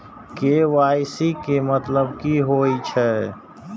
KYC के मतलब कि होई छै?